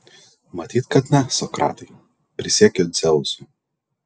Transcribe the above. matyt kad ne sokratai prisiekiu dzeusu